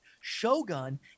Shogun